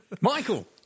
Michael